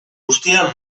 guztia